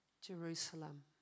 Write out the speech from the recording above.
Jerusalem